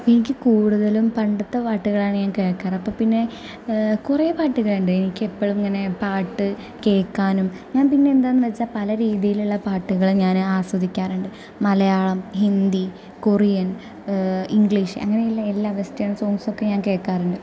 എനിക്ക് കൂടുതലും പണ്ടത്തെ പാട്ടുകളാണ് ഞാൻ കേൾക്കാറ് അപ്പോൾ പിന്നെ കുറെ പാട്ടുകളുണ്ട് എനിക്ക് എപ്പഴും ഇങ്ങനെ പാട്ട് കേൾക്കാനും ഞാൻ പിന്നെ എന്താന്ന് വച്ചാൽ പലരീതിയിലുള്ള പാട്ടുകൾ ഞാൻ ആസ്വദിക്കാറുണ്ട് മലയാളം ഹിന്ദി കൊറിയൻ ഇംഗ്ലീഷ് അങ്ങനെ ഉള്ള എല്ലാ വെസ്റ്റേൺ സോങ്സ് ഒക്കെ ഞാൻ കേൾക്കാറുണ്ട്